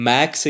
Max